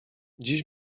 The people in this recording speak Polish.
dziś